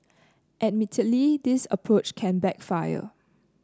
admittedly this approach can backfire